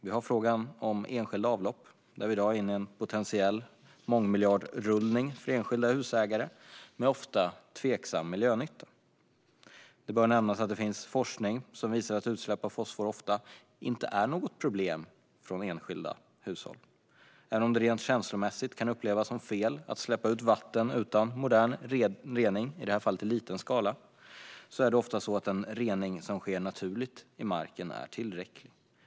Vi har frågan om enskilda avlopp, där vi i dag är inne i en potentiell mångmiljardrullning för enskilda husägare - med ofta tveksam miljönytta. Det bör nämnas att det finns forskning som har visat att utsläpp av fosfor från enskilda hushåll ofta inte är något problem. Även om det rent känslomässigt kan upplevas som fel att släppa ut vatten utan modern rening, i detta fall i liten skala, är det ofta så att den rening som sker naturligt i marken är tillräcklig.